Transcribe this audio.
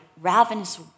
ravenous